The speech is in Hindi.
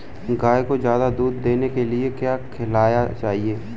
गाय को ज्यादा दूध देने के लिए क्या खिलाना चाहिए?